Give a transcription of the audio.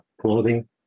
clothing